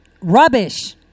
Rubbish